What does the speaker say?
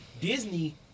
Disney